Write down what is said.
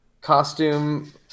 costume